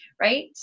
right